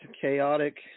chaotic